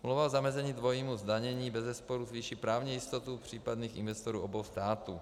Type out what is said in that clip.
Smlouva o zamezení dvojímu zdanění bezesporu zvýší právní jistotu případných investorů obou států.